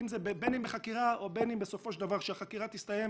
בין אם בחקירה או בין אם כשהחקירה תסתיים